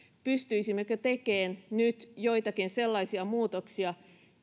pystyisimmekö tekemään nyt joitakin sellaisia muutoksia